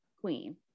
queen